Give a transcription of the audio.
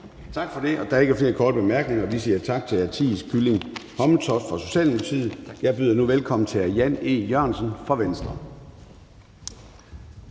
Tak for det. Der er ikke flere korte bemærkninger. Vi siger tak til hr. Theis Kylling Hommeltoft fra Socialdemokratiet. Jeg byder nu velkommen til hr. Jan E. Jørgensen fra Venstre.